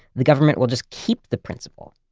the government will just keep the principal.